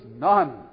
none